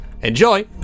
Enjoy